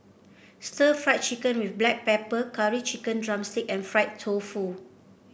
stir Fry Chicken with Black Pepper Curry Chicken drumstick and Fried Tofu